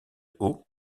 haut